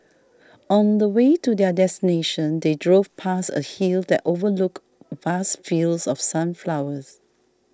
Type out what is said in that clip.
on the way to their destination they drove past a hill that overlooked vast fields of sunflowers